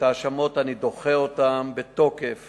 אני דוחה בתוקף